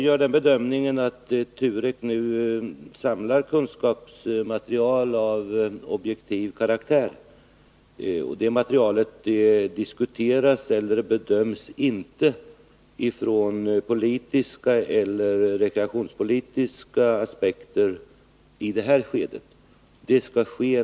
Herr talman! Som jag ser det är det kunskapsmaterial som TUREK nu samlar in av objektiv karaktär, och i det här skedet diskuteras eller bedöms inte det materialet ur politiska eller rekreationspolitiska aspekter.